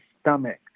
stomach